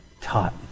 taught